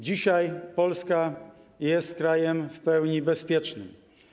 Dzisiaj Polska jest krajem w pełni bezpiecznym.